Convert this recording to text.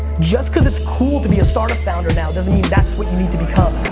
just cause it's cool to be a start up founder now doesn't mean that's what you need to become.